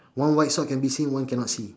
one white sock can be seen one can not see